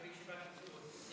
אתה היית בישיבת הנשיאות.